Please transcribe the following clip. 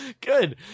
good